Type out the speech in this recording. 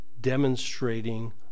demonstrating